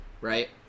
right